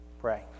pray